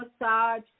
massage